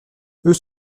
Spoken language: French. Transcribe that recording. eux